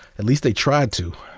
at least they tried to.